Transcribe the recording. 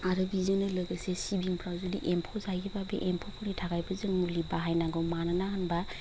आरो बिजोंनो लोगोसे सिबिंफ्राव जुदि एम्फौ जायोबा बे एम्फौ फोरनि थाखायबो जों मुलि बाहायनांगौ मानोना होनबा